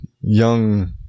young